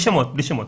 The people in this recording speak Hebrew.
בלי שמות.